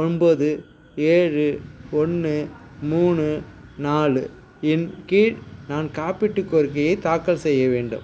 ஒன்போது ஏழு ஒன்று மூணு நாலு இன் கீழ் நான் காப்பீட்டுக் கோரிக்கையை தாக்கல் செய்ய வேண்டும்